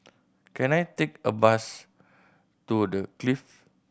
can I take a bus to The Clift